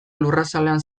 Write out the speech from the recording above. lurrazalean